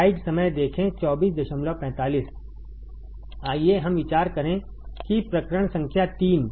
आइए हम विचार करें कि प्रकरण संख्या 3